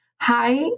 hi